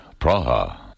Praha